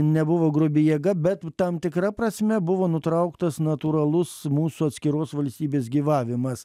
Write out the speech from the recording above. nebuvo grubi jėga bet tam tikra prasme buvo nutrauktas natūralus mūsų atskiros valstybės gyvavimas